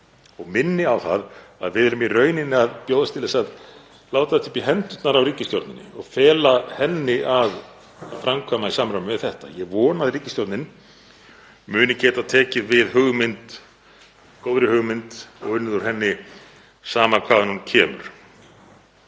og minni á að við erum í rauninni að bjóðast til þess að láta þetta upp í hendurnar á ríkisstjórninni og fela henni að framkvæma í samræmi við þetta. Ég vona að ríkisstjórnin muni geta tekið við hugmynd, góðri hugmynd, og unnið úr henni, sama hvaðan hún kemur